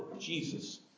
Jesus